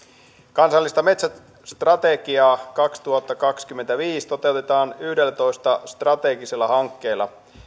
kansallista metsästrategiaa kaksituhattakaksikymmentäviisi toteutetaan yhdellätoista strategisella hankkeella